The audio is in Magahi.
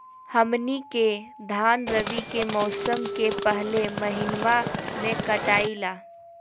हमनी के धान रवि के मौसम के पहले महिनवा में कटाई ला